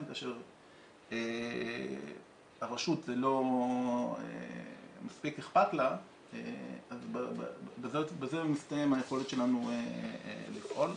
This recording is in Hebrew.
כאשר הרשות לא מספיק אכפת לה בזה מסתיימת היכולת שלנו לפעול.